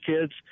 kids